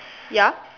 ya